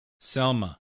Selma